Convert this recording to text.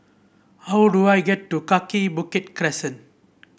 how do I get to Kaki Bukit Crescent